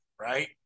right